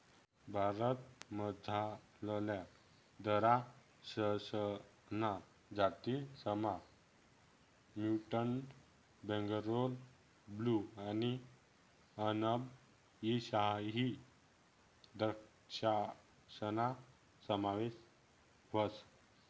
भारतमझारल्या दराक्षसना जातीसमा म्युटंट बेंगलोर ब्लू आणि अनब ई शाही द्रक्षासना समावेश व्हस